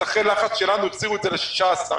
אחרי הלחץ שלנו החזירו את זה ל-16%.